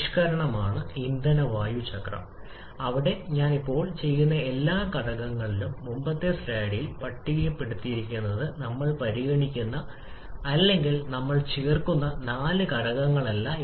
volume 2 2 എന്നിവയ്ക്ക് സമാനമാണെന്ന് ഓർമ്മിക്കുക അവർ ടിഡിസി ലൊക്കേഷനെക്കുറിച്ചാണ് സംസാരിക്കുന്നത് പക്ഷേ പ്രത്യേക താപത്തിലെ മാറ്റം കാരണം മാത്രമാണ് ഇത് താപനിലയോടൊപ്പം k യുടെ മൂല്യത്തിൽ അനുബന്ധമായ കുറവും പോയിന്റ് 2 2 ലേക്ക് ഇറങ്ങുക